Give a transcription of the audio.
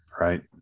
Right